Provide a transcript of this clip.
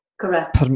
Correct